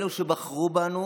אלה שבחרו בנו